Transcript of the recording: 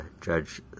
Judge